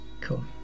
Cool